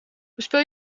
bespeel